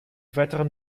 weiteren